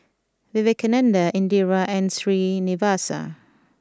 Vivekananda Indira and Srinivasa